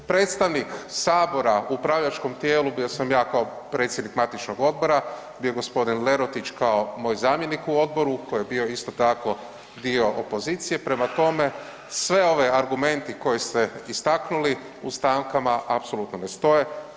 Predstavnik sabora u upravljačkom tijelu bio sam ja kao predsjednik matičnog odbora, bio je gospodin Lerotić kao moj zamjenik u odboru koji je bio isto tako dio opozicije, prema tome sve ove argumente koje ste istaknuli u stankama apsolutno ne stoje.